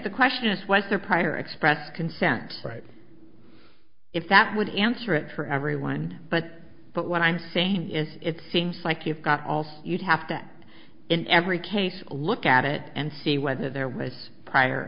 the question is was there prior express consent right if that would answer it for everyone but but what i'm saying is it seems like you've got all you'd have to at in every case look at it and see whether there was prior